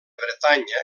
bretanya